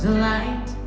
light